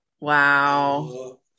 Wow